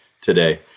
today